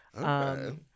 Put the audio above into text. Okay